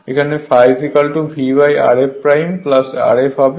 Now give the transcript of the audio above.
সুতরাং ∅ V Rf Rf হবে